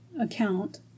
account